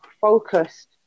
focused